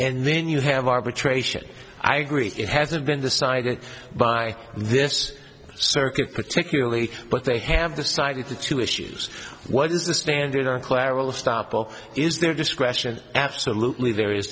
and then you have arbitration i agree it hasn't been decided by this circuit particularly but they have decided the two issues what is the standard on clairol of stoppel is their discretion absolutely there is